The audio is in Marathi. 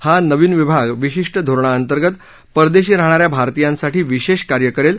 हा नविन विभाग विशिष्ठ धोरणाअंतर्गत परदेशी राहणा या भारतीयांसाठी विशेष कार्य करेल